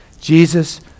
Jesus